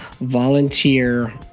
volunteer